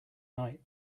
night